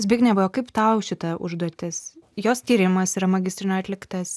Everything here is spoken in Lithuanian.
zbignevai o kaip tau šita užduotis jos tyrimas yra magistrinio atliktas